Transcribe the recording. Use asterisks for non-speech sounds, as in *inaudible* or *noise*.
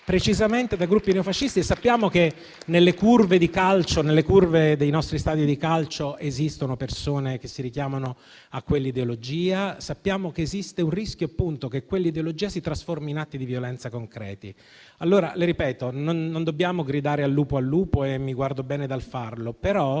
precisamente da gruppi neofascisti. *applause* E sappiamo che nelle curve dei nostri stadi di calcio esistono persone che si richiamano a quell'ideologia; sappiamo che esiste il rischio, appunto, che quell'ideologia si trasformi in atti di violenza concreti. Lo ripeto: non dobbiamo gridare al lupo al lupo, e mi guardo bene dal farlo, però